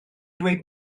dweud